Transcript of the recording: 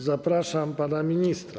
Zapraszam pana ministra.